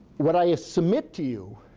what i ah submit to you,